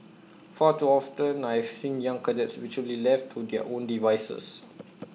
far too often I have seen young cadets virtually left to their own devices